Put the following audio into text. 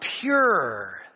pure